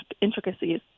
intricacies